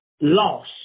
loss